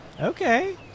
Okay